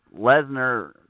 Lesnar